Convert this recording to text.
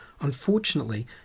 Unfortunately